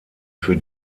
für